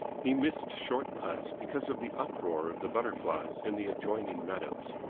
he missed short putts because of the uproar of the butterflies in the adjoining meadows.